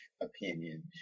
opinion